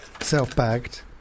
self-bagged